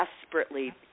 desperately